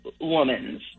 woman's